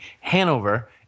Hanover